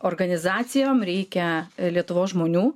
organizacijom reikia lietuvos žmonių